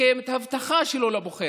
לקיים את ההבטחה שלו לבוחר,